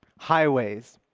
highways.